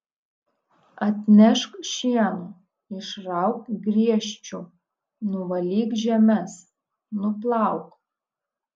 atnešk šieno išrauk griežčių nuvalyk žemes nuplauk